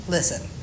Listen